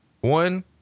One